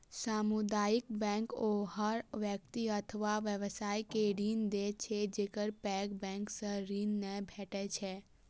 सामुदायिक बैंक ओहन व्यक्ति अथवा व्यवसाय के ऋण दै छै, जेकरा पैघ बैंक सं ऋण नै भेटै छै